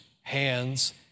hands